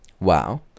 Wow